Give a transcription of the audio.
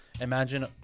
imagine